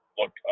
look